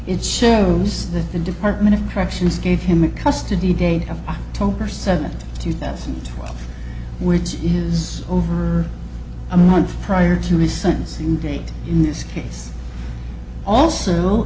it shows that the department of corrections gave him a custody date of october seventh two thousand and twelve which is over a month prior to his sentencing date in this he's also